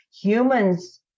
humans